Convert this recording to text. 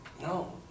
No